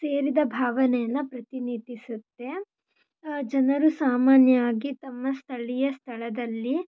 ಸೇರಿದ ಭಾವನೆಯನ್ನು ಪ್ರತಿನಿಧಿಸುತ್ತೆ ಜನರು ಸಾಮಾನ್ಯವಾಗಿ ತಮ್ಮ ಸ್ಥಳೀಯ ಸ್ಥಳದಲ್ಲಿ